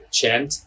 chant